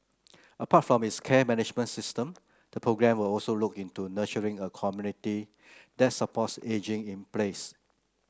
apart from its care management system the programme will also look into nurturing a community that supports ageing in place